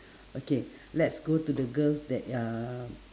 okay let's go to the girls that uhh